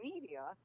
media